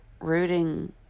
rooting